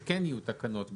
שכן יהיו תקנות בעניינם.